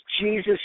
Jesus